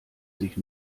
sich